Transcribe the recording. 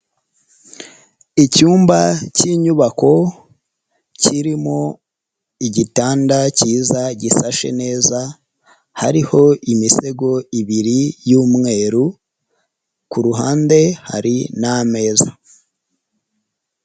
Icyumba k'inyubako kirimo igitanda kiza gisashe neza, hariho imisego ibiri y'umweru, ku ruhande hari n'ameza.